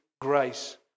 grace